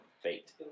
fate